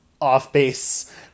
off-base